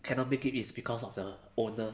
cannot make it is because of the owner